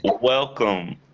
Welcome